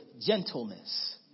gentleness